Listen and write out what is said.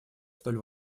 столь